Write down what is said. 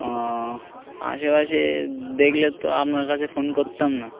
আশেপাশে দেখলে তো আপনার কাছে ফোন করতাম না